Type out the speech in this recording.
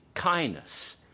kindness